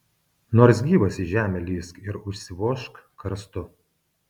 nors gyvas į žemę lįsk ir užsivožk karstu